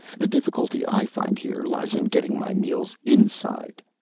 the difficulty i find here lies in getting my meals inside,